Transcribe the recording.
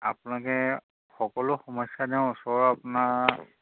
আপোনালোকে সকলো সমস্যা তেওঁ ওচৰ আপোনাৰ